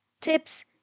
tips